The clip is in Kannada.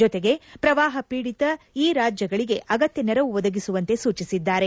ಜತೆಗೆ ಪ್ರವಾಹ ಪೀಡಿತ ಈ ರಾಜ್ಯಗಳಿಗೆ ಅಗತ್ಯ ನೆರವು ಒದಗಿಸುವಂತೆ ಸೂಚಿಸಿದ್ದಾರೆ